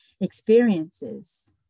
experiences